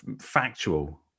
factual